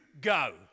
go